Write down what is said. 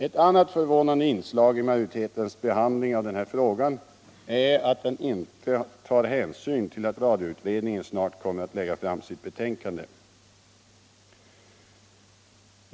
Ett annat förvånande inslag i majoritetens behandling av den här frågan är att den inte tar hänsyn till att radioutredningen snart kommer att lägga fram sitt betänkande.